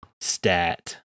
stat